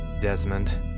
Desmond